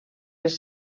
les